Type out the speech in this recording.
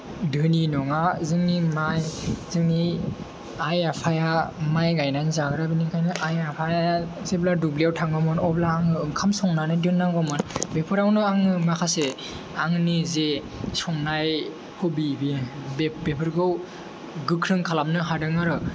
धोनि नङा जोंनि मा जोंनि आइ आफाया माइ गायनानै जाग्रा बिनिखायनो आइ आफाया जेब्ला दुब्लियाव थाङोमोन अब्ला आङो ओंखाम संनानै दोन्नांगौमोन बेफोरावनो आङो माखासे आंनि जे संनाय हबि बे बे बेफोरखौ गोख्रों खालामनो हादों आरो